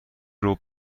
ربع